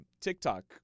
TikTok